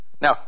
Now